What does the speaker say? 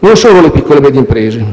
Non solo le piccole e medie imprese: